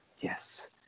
Yes